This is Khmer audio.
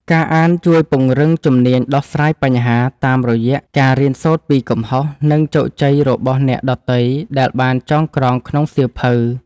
ការអានជួយពង្រឹងជំនាញដោះស្រាយបញ្ហា តាមរយៈការរៀនសូត្រពីកំហុស និងជោគជ័យរបស់អ្នកដទៃដែលបានចងក្រងក្នុងសៀវភៅ។